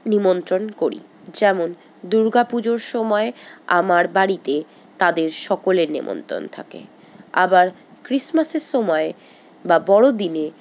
নিমন্ত্রণ করি যেমন দুর্গাপুজোর সময় আমার বাড়িতে তাদের সকলের নেমন্তন থাকে আবার ক্রিসমাসের সময় বা বড়োদিনে